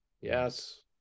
yes